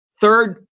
third